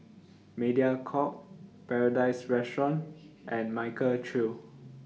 Mediacorp Paradise Restaurant and Michael Trio